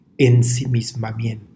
ensimismamiento